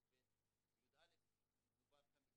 אבל אנחנו עובדים על הנושא של ההגדרות על